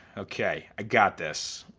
okay, i got this.